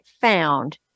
found